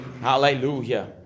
Hallelujah